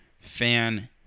fan